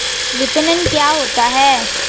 विपणन क्या होता है?